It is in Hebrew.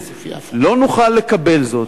לא נוכל לקבל זאת.